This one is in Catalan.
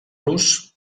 los